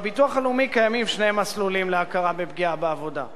בביטוח הלאומי קיימים שני מסלולים להכרה בפגיעה בעבודה,